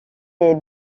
les